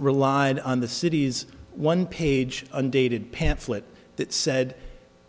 relied on the city's one page undated pamphlet that said